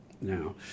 Now